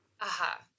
Aha